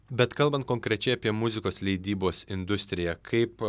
bet kalbant konkrečiai apie muzikos leidybos industriją kaip